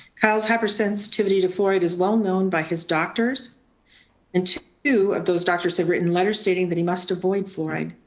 kyle's hyper sensitivity to fluoride is well known by his doctors and two of those doctors have written letters stating that he must avoid fluoride.